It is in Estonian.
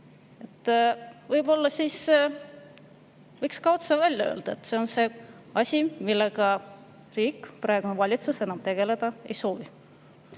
Võib-olla võiks siis otse välja öelda, et see on asi, millega riik, praegune valitsus, enam tegeleda ei soovi.